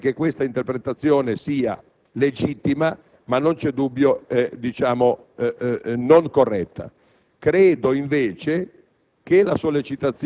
La mia opinione è che questa interpretazione sia legittima, ma indubbiamente non corretta. Credo invece